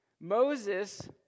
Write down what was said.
Moses